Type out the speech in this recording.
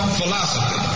philosophy